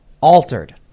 altered